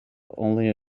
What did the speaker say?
only